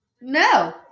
No